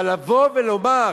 אבל לבוא ולומר,